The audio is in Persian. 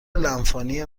لنفاوی